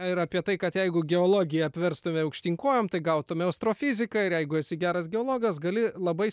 ir apie tai kad jeigu geologiją apverstumėme aukštyn kojom tai gautumėme astrofiziką ir jeigu esi geras geologas gali labai